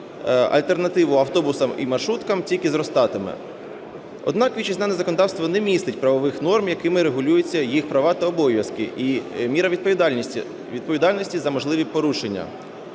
альтернативу автобусам і маршруткам, тільки зростатиме. Однак вітчизняне законодавство не містить правових норм, якими регулюються їх права та обов'язки і міра відповідальності за можливі порушення.